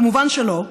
מובן שלא.